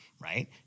right